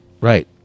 right